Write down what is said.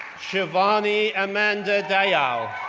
shivani amanda dayal,